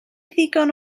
ddigon